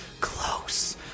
close